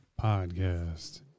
podcast